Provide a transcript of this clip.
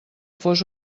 fos